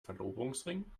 verlobungsring